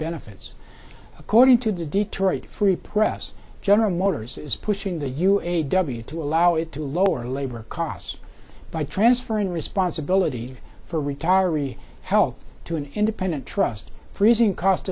benefits according to the detroit free press general motors is pushing the u a w to allow it to lower labor costs by transferring responsibility for retiree health to an independent trust freezing cost